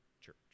church